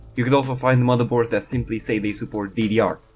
you could also find motherboards that simply say they support ddr.